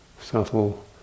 subtle